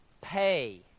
pay